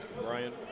Brian